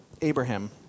Abraham